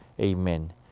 Amen